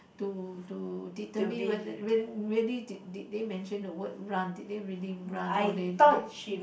to to determine whether re~ really did they mention the word run did they really run or they they